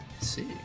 see